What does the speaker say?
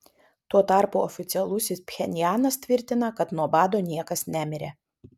tuo tarpu oficialusis pchenjanas tvirtina kad nuo bado niekas nemirė